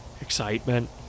excitement